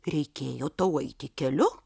reikėjo tau eiti keliu